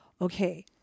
okay